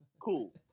Cool